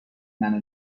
منو